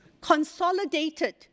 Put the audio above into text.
consolidated